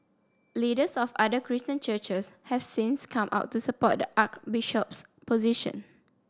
leaders of other Christian churches have since come out to support the archbishop's position